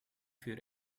für